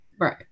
Right